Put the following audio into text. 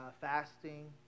fasting